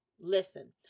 Listen